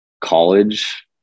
college